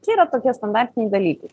čia yra tokie standartiniai dalykai